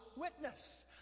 witness